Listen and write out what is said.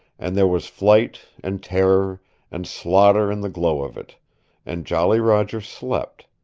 and there was flight and terror and slaughter in the glow of it and jolly roger slept,